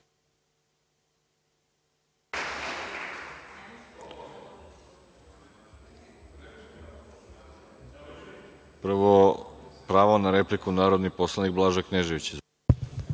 Prvo, pravo na repliku, narodni poslanik Blaža Knežević.